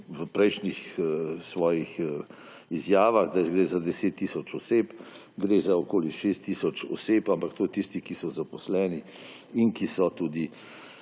v prejšnjih svojih izjavah, da gre za 10 tisoč oseb, gre za okoli 6 tisoč oseb. Ampak to so tisti, ki so zaposleni in ki so tudi